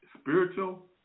Spiritual